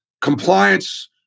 compliance